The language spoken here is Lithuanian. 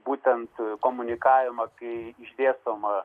būtent komunikavimą kai išdėstoma